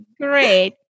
great